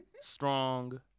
strong